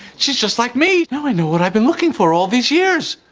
she's just like me! now i know what i've been looking for all these years.